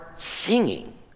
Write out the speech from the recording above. singing